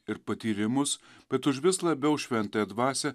ir patyrimus bet užvis labiau šventąją dvasią